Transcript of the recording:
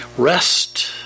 Rest